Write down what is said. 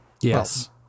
Yes